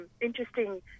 interesting